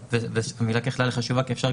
אולי קודם תגידו בכמה מילים.